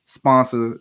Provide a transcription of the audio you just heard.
sponsor